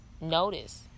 notice